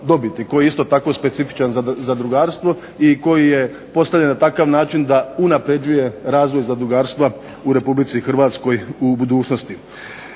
koji je isto tako specifičan za zadrugarstvo i koji je postavljen na takav način da unapređuje razvoj zadrugarstva u Republici Hrvatskoj u budućnosti.